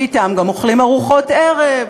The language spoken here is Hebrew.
שאתם גם אוכלים ארוחות ערב,